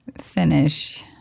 finish